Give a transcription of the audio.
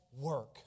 work